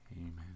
Amen